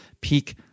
peak